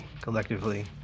collectively